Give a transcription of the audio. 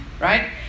right